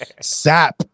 Sap